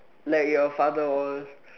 like your father all